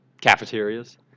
cafeterias